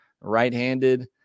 right-handed